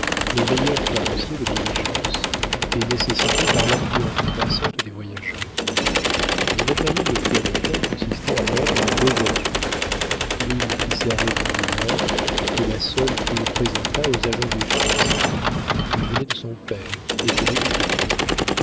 les meilleurs carrossiers de diligences et nécessitée par l'affluence croissante des voyageurs le matériel de pierrotin consistait alors en deux voitures l'une qui servait en hiver et la seule qu'il présentât aux agents du fisc lui venait de son père et tenait du coucou